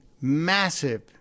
massive